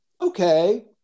Okay